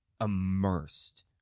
immersed